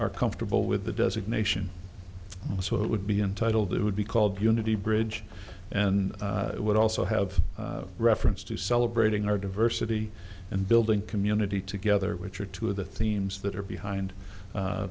are comfortable with the designation so it would be entitled it would be called unity bridge and it would also have reference to celebrating our diversity and building community together which are two of the themes that are behind